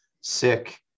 sick